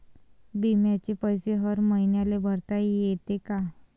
बिम्याचे पैसे हर मईन्याले भरता येते का?